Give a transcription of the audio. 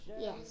Yes